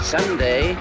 Someday